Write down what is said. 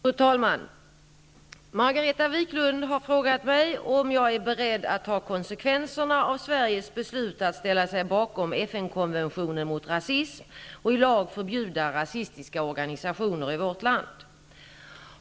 Fru talman! Margareta Viklund har frågat mig om jag är beredd att ta konsekvenserna av Sveriges beslut att ställa sig bakom FN-konventionen mot rasism och i lag förbjuda rasistiska organisationer i vårt land.